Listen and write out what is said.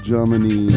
Germany